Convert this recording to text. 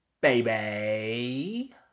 baby